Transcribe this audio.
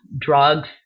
Drugs